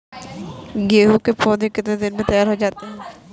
गेहूँ के पौधे कितने दिन में तैयार हो जाते हैं?